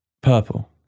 Purple